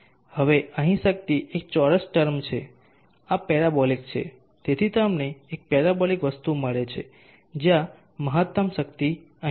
હવે અહીં શક્તિ એક ચોરસ ટર્મ છે આ પેરબોલિક છે તેથી તમને એક પેરબોલિક વસ્તુ મળે છે જ્યાં મહત્તમ શક્તિ અહીં છે